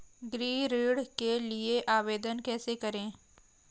गृह ऋण के लिए आवेदन कैसे करें?